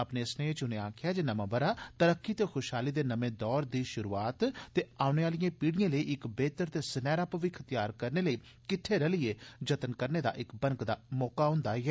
अपने सनेह च उनें आक्खेआ जे नमां ब'रा तरक्की ते खुशहाली दे नमें दौर दी शुरूआत लेई ते औने आलिए पीढ़िएं लेई इक बेहतर ते सनैहरा मविक्ख तैयार करने लेई किट्ठे रलिए कम्म जतन करने दा इक बनकदा मौका होन्दा ऐ